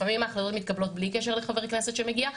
לפעמים ההחלטות מתקבלות בלי קשר לחבר כנסת שמגיע,